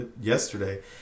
yesterday